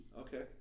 Okay